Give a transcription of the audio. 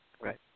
Right